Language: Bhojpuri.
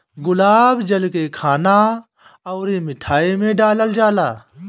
गुलाब जल के खाना अउरी मिठाई में डालल जाला